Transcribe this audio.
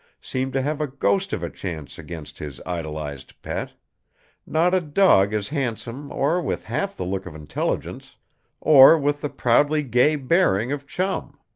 seemed to have a ghost of a chance against his idolized pet not a dog as handsome or with half the look of intelligence or with the proudly gay bearing of chum.